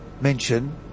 mention